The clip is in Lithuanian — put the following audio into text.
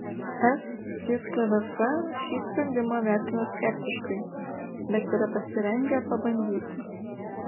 es ir tvf šį sprendimą vertina skeptiškai bet yra pasirengę pabandyti